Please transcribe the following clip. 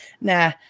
nah